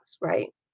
right